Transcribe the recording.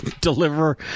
Deliver